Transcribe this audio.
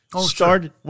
started